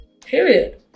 period